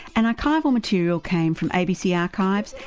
and archival material came from abc archives,